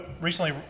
recently